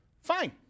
fine